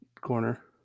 corner